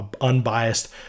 unbiased